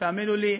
ותאמינו לי,